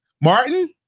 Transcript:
Martin